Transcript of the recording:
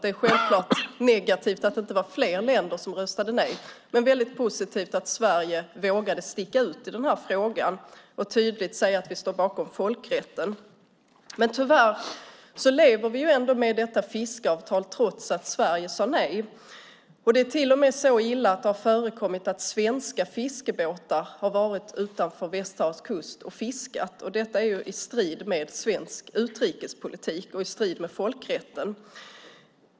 Det är självklart negativt att det inte var flera länder som röstade nej, men väldigt positivt att Sverige vågade sticka ut i den här frågan och tydligt säga att vi står bakom folkrätten. Tyvärr lever vi ändå med detta fiskeavtal, trots att Sverige sade nej. Det är till och med så illa att det har förekommit att svenska fiskebåtar har varit utanför Västsaharas kust och fiskat. Detta är i strid med svensk utrikespolitik och i strid med folkrätten.